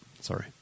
Sorry